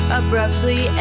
abruptly